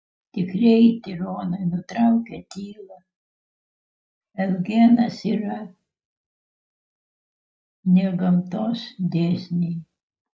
tikrieji tironai nutraukė tylą eugenas yra ne gamtos dėsniai